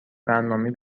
برنامهای